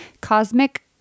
Cosmic